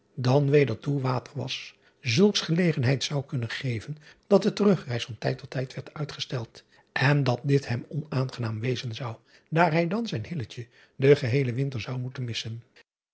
dan weder toe water was zulks gelegenheid zou kunnen geven dat de terugreis van tijd tot tijd werd uitgesteld en dat dit hem onaangenaam wezen zou daar hij dan zijn den geheelen winter zou moeten missen